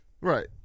Right